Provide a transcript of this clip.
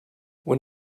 when